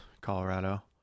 Colorado